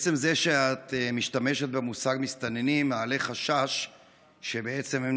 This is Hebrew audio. עצם זה שאת משתמשת במושג "מסתננים" מעלה חשש שמלכתחילה,